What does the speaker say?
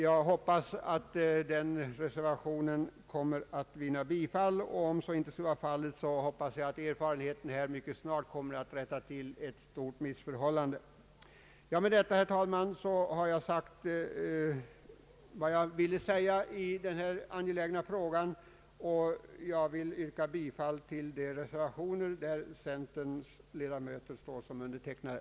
Jag hoppas att den reservationen kommer att vinna bifall, och om så inte skulle ske, hoppas jag att erfarenheten mycket snart kommer att rätta till ett stort missförhållande. Med detta har jag, herr talman, framhållit några synpunkter i denna angelägna fråga och jag kommer att yrka bifall till de reservationer där centerns ledamöter står som undertecknare.